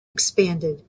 expanded